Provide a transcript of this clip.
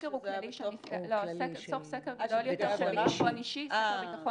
הסקר הוא כללי --- סקר ביטחון אישי שהמשרד